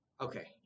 Okay